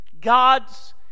God's